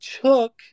took